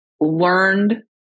learned